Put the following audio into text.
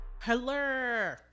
Hello